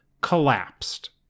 collapsed